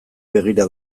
begira